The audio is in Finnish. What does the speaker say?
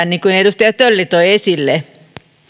niin kuin edustaja tölli toi esille